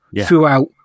throughout